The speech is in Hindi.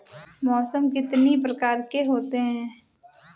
मौसम कितनी प्रकार के होते हैं?